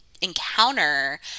encounter